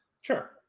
Sure